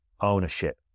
ownership